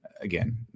Again